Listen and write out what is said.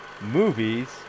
Movies